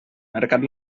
mercat